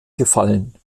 gefallen